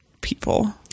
people